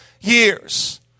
years